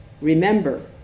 Remember